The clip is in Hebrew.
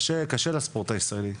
קשה לספורט הישראלי,